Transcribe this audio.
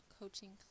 coaching